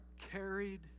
carried